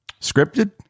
Scripted